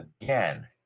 Again